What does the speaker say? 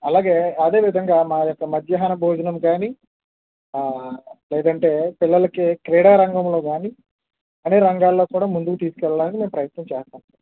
అలాగే అదే విధంగా మా యొక్క మధ్యాహ్న భోజనం కానీ లేదంటే పిల్లలకి క్రీడారంగంలో కానీ అన్నీ రంగాల్లో కూడా ముందుకు తీసుకెళ్ళాలని మేము ప్రయత్నం చేస్తాం